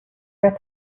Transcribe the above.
for